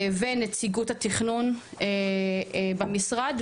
ונציגות התכנון במשרד,